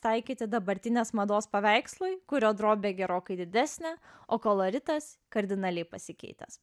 taikyti dabartinės mados paveikslui kurio drobė gerokai didesnė o koloritas kardinaliai pasikeitęs